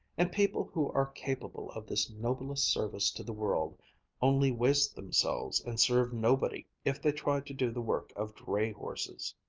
and people who are capable of this noblest service to the world only waste themselves and serve nobody if they try to do the work of dray-horses.